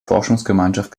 forschungsgemeinschaft